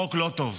חוק לא טוב.